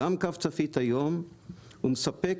גם קו צפית היום הוא מספק